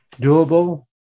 doable